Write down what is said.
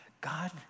God